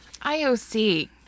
IOC